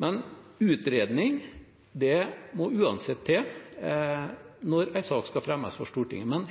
En utredning må uansett til når en sak skal fremmes for Stortinget. Men